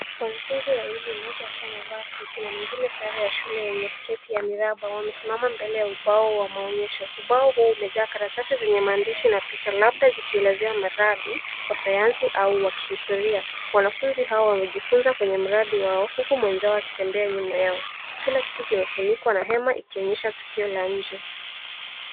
Wanafunzi wawili mmoja akiwa amevaa suti na mwingine sare ya shule yenye sketi ya miraba wamesimama mbele ya ubao wa maonyesho. Ubao huu umejaa karatasi zenye maandishi na picha labda zikielezea mradi wa sanyansi au wa kihistoria. Wanafunzi hao wamejifunza kwenye mradi wao huku mwenzao akitembea nyuma yao. Kila kitu kimefunikwa na hema ikionyesha tukio la nje.